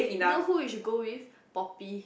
you know who you should go with Poppy